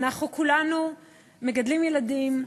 אנחנו כולנו מגדלים ילדים,